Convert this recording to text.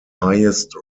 highest